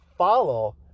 follow